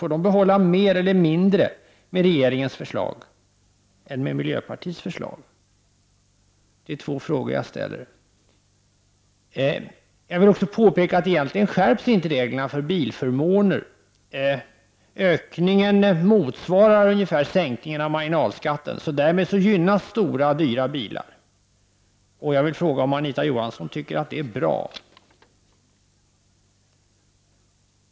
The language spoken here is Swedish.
Får de behålla mer med regeringens förslag än med miljöpartiets förslag? Det är två frågor som jag ställer. Jag vill också påpeka att reglerna för bilförmåner egentligen inte skärps. Ökningen motsvarar ungefär sänkningen av marginalskatten. Därmed gynnas stora och dyra bilar. Jag vill fråga om Anita Johansson tycker att det är bra.